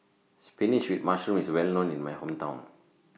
Spinach with Mushroom IS Well known in My Hometown